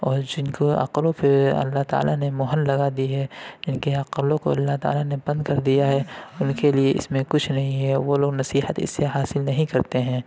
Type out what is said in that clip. اور جن کو عقلوں پہ اللہ تعالیٰ نے مہر لگا دی ہے جن کے عقلوں کو اللہ تعالیٰ نے بند کر دیا ہے اُن کے لیے اِس میں کچھ نہیں ہے وہ لوگ نصحیت اِس سے حاصل نہیں کرتے ہیں